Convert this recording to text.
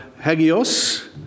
hagios